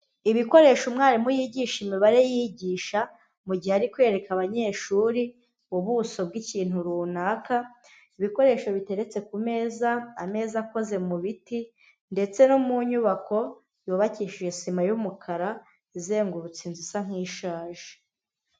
Ibikoresho umwarimu yigisha imibare yigisha mu mugihe ari kwereka abanyeshuri ubuso bw'ikintu runaka, ibikoresho biteretse ku meza, ameza akoze mu biti ndetse no mu nyubako yubakishije sima y'umukara izengurutse inzu isa nk'ishaje.